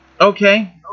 Okay